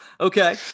Okay